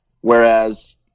whereas